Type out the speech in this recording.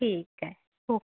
ठीक आहे ओ के